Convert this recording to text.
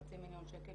חצי מיליון שקל